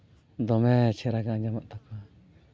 ᱫᱚᱢᱮ ᱪᱮᱦᱨᱟ ᱜᱮ ᱟᱸᱡᱚᱢᱚᱜ ᱛᱟᱠᱚᱣᱟ